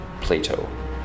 Plato